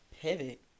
Pivot